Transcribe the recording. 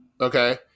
okay